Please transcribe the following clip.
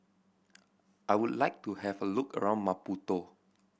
I would like to have a look around Maputo